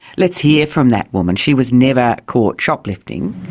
let's hear from that woman. she was never caught shoplifting.